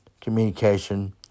communication